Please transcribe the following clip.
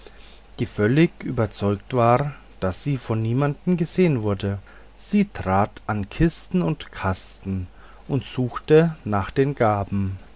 die völlig überzeugt war daß sie von niemandem gesehen wurde sie trat an kisten und kasten und suchte nach den gaben